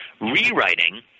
rewriting